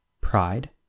pride